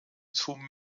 zum